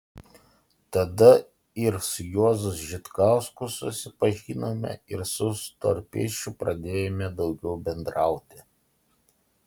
tada ir su juozu žitkausku susipažinome ir su storpirščiu pradėjome daugiau bendrauti